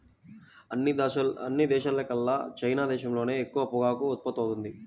అన్ని దేశాల్లోకెల్లా చైనా దేశంలోనే ఎక్కువ పొగాకు ఉత్పత్తవుతుంది